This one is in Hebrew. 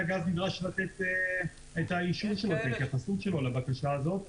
הגז נדרש לתת את ההתייחסות שלו לבקשה הזאת.